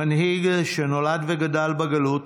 מנהיג שנולד וגדל בגלות,